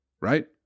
right